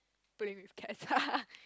playing with cats